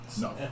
No